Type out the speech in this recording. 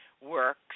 works